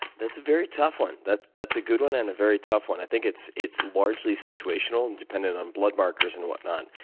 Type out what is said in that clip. that's a very tough one. that's that's a good one and a very tough one. i think it's it's largely situational, and dependent on blood markers and whatnot.